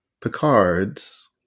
Picard's